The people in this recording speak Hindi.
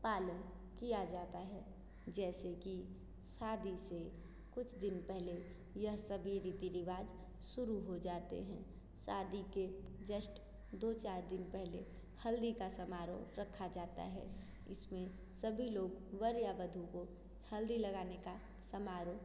पालन किया जाता है जैसे कि शादी से कुछ दिन पहले यह सभी रीति रिवाज शुरू हो जाते हैं शादी के जस्ट दो चार दिन पहले हल्दी का सामारोह रखा जाता है इसमें सभी लोग वर या वधू को हल्दी लगाने का समारोह